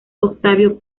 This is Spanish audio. octavio